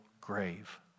grave